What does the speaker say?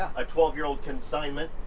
a twelve year old consignment,